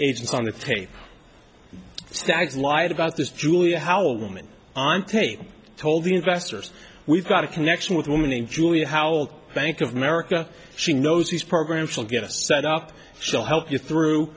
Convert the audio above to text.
agents on the tape stags lied about this julie how a woman on tape told the investors we've got a connection with a woman named julia how bank of america she knows these programs will get us set up so help you through